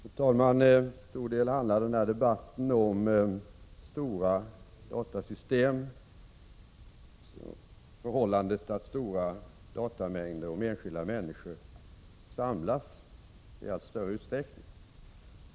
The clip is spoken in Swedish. Fru talman! Till stor del handlar debatten om stora datasystem och om det förhållandet att stora mängder datauppgifter om enskilda människor samlas i allt större utsträckning.